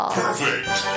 Perfect